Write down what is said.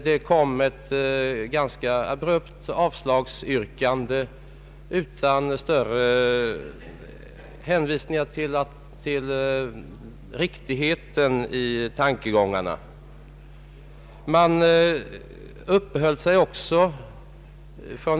Det kom ett ganska abrupt avslagsyrkande utan närmare redogörelse för riktigheten i tankegångarna.